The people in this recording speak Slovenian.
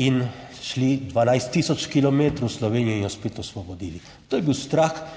in šli 12 tisoč kilometrov v Slovenijo in jo spet osvobodili. To je bil strah,